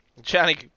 Johnny